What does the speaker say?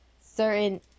certain